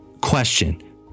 question